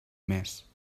mes